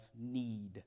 need